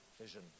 Vision